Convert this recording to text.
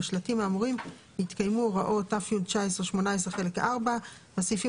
בשלטים האמורים יתקיימו הוראות ת"י 1918 חלק 4 בסעיפים